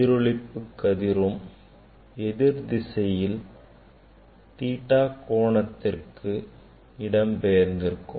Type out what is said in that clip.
எதிரொளிப்பு கதிரும் எதிர் திசையில் theta கோணத்திற்கு இடம்பெயர்ந்திருக்கும்